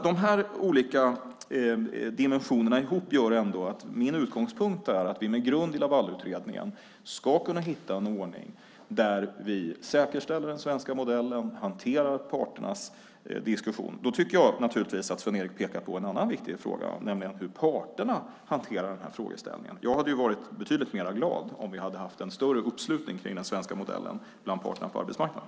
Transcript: De här olika dimensionerna ihop gör ändå att min utgångspunkt är att vi med grund i Lavalutredningen ska kunna hitta en ordning där vi säkerställer den svenska modellen och hanterar parternas diskussion. Då tycker jag naturligtvis att Sven-Erik pekar på en annan viktig fråga, nämligen hur parterna hanterar den här frågeställningen. Jag hade varit betydligt mer glad om vi hade haft en större uppslutning kring den svenska modellen bland parterna på arbetsmarknaden.